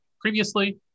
previously